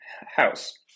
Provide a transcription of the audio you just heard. house